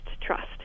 trust